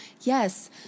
yes